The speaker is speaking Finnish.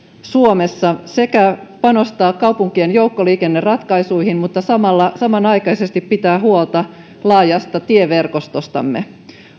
suomessa sekä panostaa kaupunkien joukkoliikenneratkaisuihin että samanaikaisesti pitää huolta laajasta tieverkostostamme